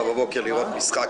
מהחדר השני.